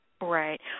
Right